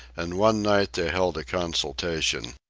and one night they held a consultation.